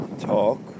talk